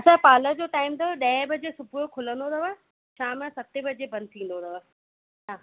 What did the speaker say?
असांजे पार्लर जो टाइम अथव ॾह वजे सुबुह जो खुलंदो अथव शाम जो सते वजे बंदि थींदो अथव हा